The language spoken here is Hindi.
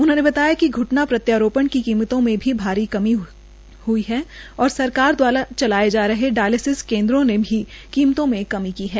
उन्होंने बताया कि घ्टना प्रत्यारोपण की कीमतों में भी भारी कमी हुई है और सरकार द्वारा चलाए जा रहे डायलिसिस केन्द्रों ने भी अपनी कीमतों में कमी की है